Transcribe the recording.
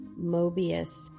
Mobius